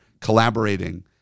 collaborating